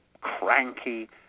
cranky